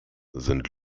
sind